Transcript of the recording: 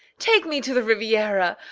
take me to the riviera,